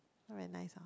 very nice ah